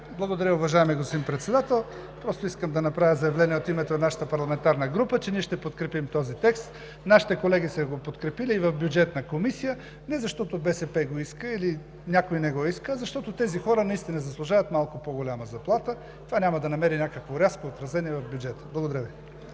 Благодаря, уважаеми господин Председател. Просто искам да направя заявление от името на нашата парламентарна група, че ние ще подкрепим този текст. Нашите колеги са го подкрепили в Бюджетна комисия не защото БСП го иска или някой не го иска, а защото тези хора наистина заслужават малко по-голяма заплата. Това няма да намери някакво рязко отражение в бюджета. Благодаря Ви.